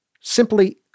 simply